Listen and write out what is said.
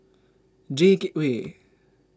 J Gateway